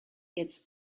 its